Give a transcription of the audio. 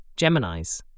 Geminis